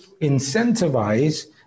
incentivize